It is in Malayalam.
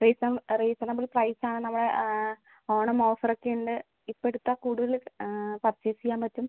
റീസണ റീസണബിൾ പ്രൈസ് ആണ് നമ്മൾ ഓണം ഓഫർ ഒക്കെ ഉണ്ട് ഇപ്പം എടുത്താൽ കൂടുതൽ പർച്ചേസ് ചെയ്യാൻ പറ്റും